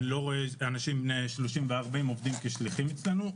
אני לא רואה אנשים בני 30 ו-40 עובדים כשליחים אצלנו.